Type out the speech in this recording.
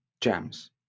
jams